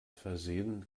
versehen